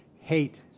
hate